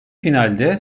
finalde